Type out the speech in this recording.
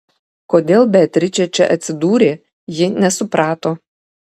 kodėl beatričė čia atsidūrė ji nesuprato